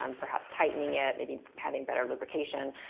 um perhaps tightening it, maybe having better lubrication.